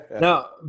Now